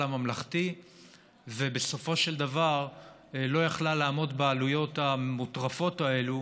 הממלכתי ובסופו של דבר לא יכלה לעמוד בעלויות המוטרפות האלו